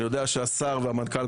אני יודע שהשר והמנכ"ל,